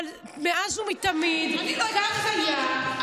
אבל מאז ומתמיד כך היה,